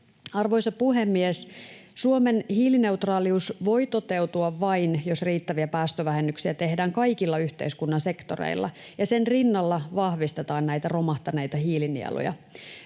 Arvoisa puhemies! Suomen hiilineutraalius voi toteutua vain, jos riittäviä päästövähennyksiä tehdään kaikilla yhteiskunnan sektoreilla ja sen rinnalla vahvistetaan näitä romahtaneita hiilinieluja.